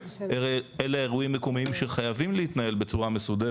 אלה אירועים מקומיים שחייבים להתנהל בצורה מסודרת.